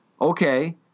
okay